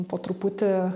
po truputį